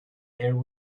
air